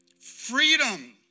freedom